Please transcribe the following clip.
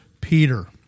Peter